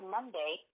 Monday